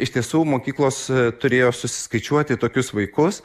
iš tiesų mokyklos turėjo susiskaičiuoti tokius vaikus